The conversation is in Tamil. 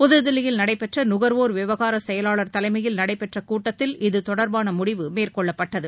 புதுதில்லியில் நடைபெற்ற நுகர்வோர் விவகார செயலாளர் தலைமையில் நடைபெற்ற கூட்டத்தில் இது தொடர்பான முடிவு மேற்கொள்ளப்பட்டது